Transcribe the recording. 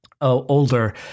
older